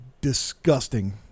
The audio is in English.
disgusting